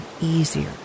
easier